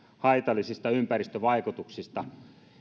haitallisista ympäristövaikutuksista